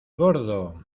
gordo